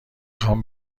خوام